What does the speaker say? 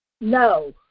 No